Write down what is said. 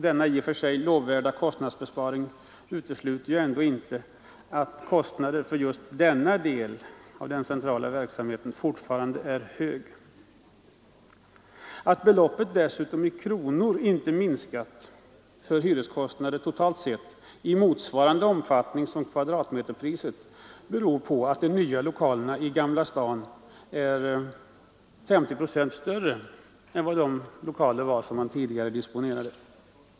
Denna i och för sig lovvärda kostnadsbesparing utesluter ändock inte att kostnaden för just denna del av den centrala verksamheten fortfarande är hög. Att beloppet dessutom i kronor inte minskat för hyreskostnaden totalt sett i motsvarande omfattning beror på att de nya lokalerna i Gamla Stan är 50 procent större än de tidigare disponerade.